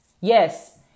Yes